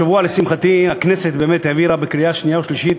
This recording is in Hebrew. השבוע, לשמחתי, הכנסת העבירה בקריאה שנייה ושלישית